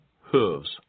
hooves